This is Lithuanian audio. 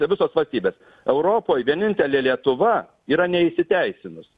visos valstybės europoj vienintelė lietuva yra neįsiteisinus